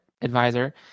advisor